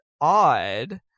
odd